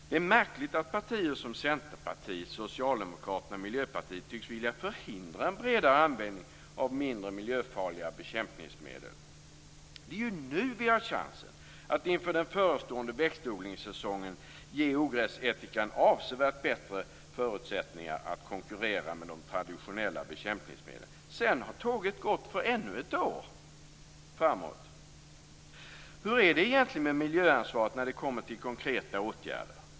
Det är märkligt att partier som Centerpartiet, Socialdemokraterna och Miljöpartiet tycks vilja förhindra en bredare användning av mindre miljöfarliga bekämpningsmedel. Det är ju nu vi har chansen, att inför den förestående växtodlingssäsongen ge ogräsättikan avsevärt bättre förutsättningar att konkurrera med de traditionella bekämpningsmedlen. Sedan har tåget gått för ännu ett år framåt. Hur är det egentligen med miljöansvaret när det kommer till konkreta åtgärder?